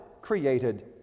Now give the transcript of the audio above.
created